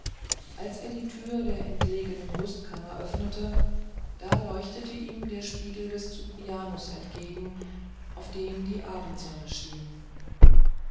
als er die tür der entlegenen rüstkammer öffnete da leuchtete ihm der spiegel des cyprianus entgegen auf den die abendsonne schien